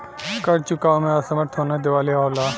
कर्ज़ चुकावे में असमर्थ होना दिवालिया होला